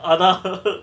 அதா:atha